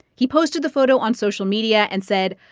he posted the photo on social media and said,